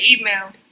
email